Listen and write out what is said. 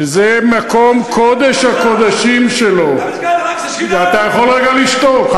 שזה מקום קודש הקודשים שלו, אתה יכול רגע לשתוק?